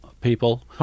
people